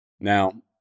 Now